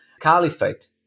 Caliphate